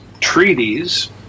treaties